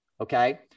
Okay